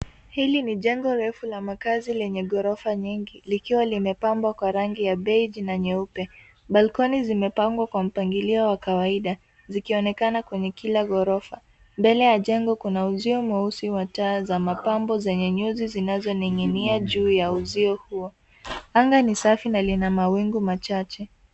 Hili ni jengo refu la makaazi lenye ghorofa nyingi likiwa limepambwa kwa rangi ya baige na nyeupe. Balkoni zimepangwa kwa mpangilio wa kawaida zikionekana kwenye kila ghorofa. Mbele ya jengo kuna uzio mweusi wa taa za mapambo zenye nyuzi ziazoning'inia juu ya uzio huo. Anga ni safi na lina mawingu machache.